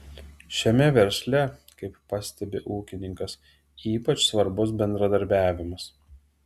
šiame versle kaip pastebi ūkininkas ypač svarbus bendradarbiavimas